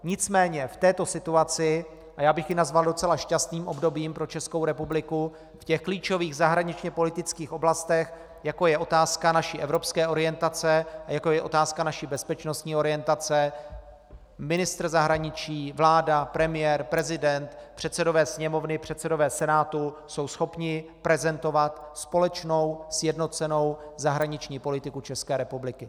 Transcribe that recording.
Nicméně v této situaci a já bych ji nazval docela šťastným obdobím pro Českou republiku v těch klíčových zahraničněpolitických oblastech, jako je otázka naší evropské orientace a jako je otázka naší bezpečnostní orientace, ministr zahraničí, vláda, premiér, prezident, předsedové Sněmovny, předsedové Senátu jsou schopni prezentovat společnou, sjednocenou zahraniční politiku České republiky.